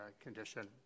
condition